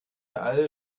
alle